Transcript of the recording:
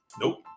Nope